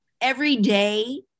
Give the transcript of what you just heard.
everyday